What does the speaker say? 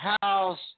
house